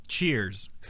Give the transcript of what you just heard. Cheers